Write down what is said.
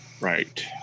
right